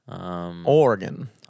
Oregon